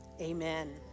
amen